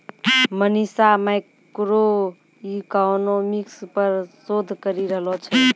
Manisha macroeconomics पर शोध करी रहलो छै